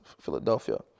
Philadelphia